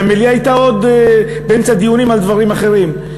והמליאה הייתה עוד באמצע דיונים על דברים אחרים.